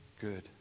good